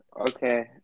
Okay